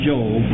Job